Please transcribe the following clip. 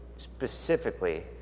Specifically